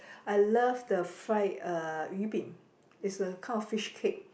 I love the fried uh yu bing it's a kind of fishcake